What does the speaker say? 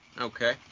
Okay